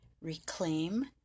Reclaim